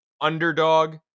underdog